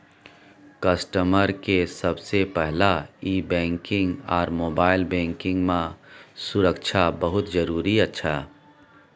customer के सबसे पहला ई बैंकिंग आर मोबाइल बैंकिंग मां सुरक्षा बहुत जरूरी अच्छा